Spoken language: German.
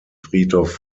friedhof